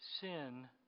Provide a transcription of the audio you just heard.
sin